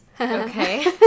Okay